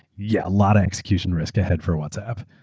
yeah a lot of execution risk ahead for whatsapp,